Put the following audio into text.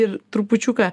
ir trupučiuką